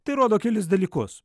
tai rodo kelis dalykus